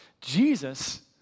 Jesus